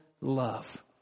love